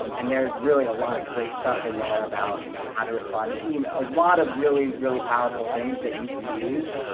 um and there's really a lot of great stuff in there about you know how to respond to email, a lot of really, really powerful things that you can use